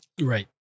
Right